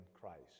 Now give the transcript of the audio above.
Christ